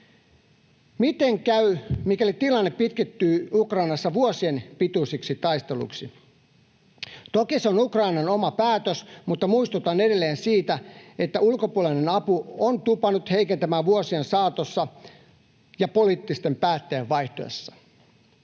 Miten käy, mikäli tilanne pitkittyy Ukrainassa vuosien pituiseksi taisteluksi? Toki se on Ukrainan päätös, mutta muistutan edelleen siitä, että ulkopuolinen apu on tupannut heikentymään vuosien saatossa ja poliittisten päättäjien vaihtuessa.